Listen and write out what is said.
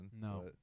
No